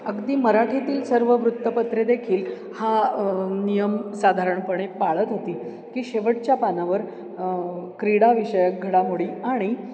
अगदी मराठीतील सर्व वृत्तपत्रे देखील हा नियम साधारणपणे पाळत होती की शेवटच्या पानावर क्रीडाविषयक घडामोडी आणि